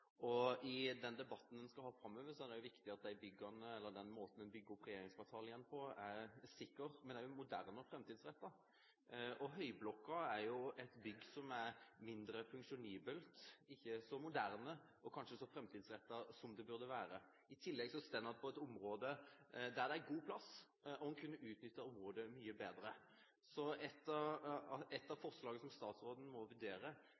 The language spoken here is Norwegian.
og i den debatten en skal ha framover, er det også viktig å få med at den måten en bygger opp regjeringskvartalet igjen på, er sikker, men også moderne og fremtidsrettet. Høyblokka er jo et bygg som er mindre funksjonelt, ikke så moderne og kanskje ikke så framtidsrettet som det burde være. I tillegg står den på et område der det er god plass, og en kunne ha utnyttet området mye bedre. Så et av forslagene som statsråden må vurdere,